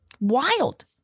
Wild